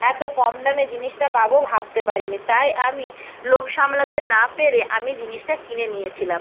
এত কম দামে জিনিসটা পাবো ভাবতে পারিনি তাই আমি লোভ সামলাতে না পেরে আমি জিনিসটা কিনে নিয়েছিলাম